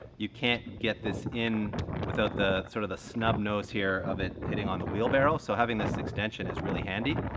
you can't get this in without the sort of the snub nose here of it hitting on the wheel barrel. so having this extension is really handy.